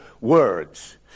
words